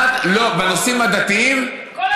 בנושאים הדתיים רק אתה צודק, נכון?